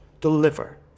deliver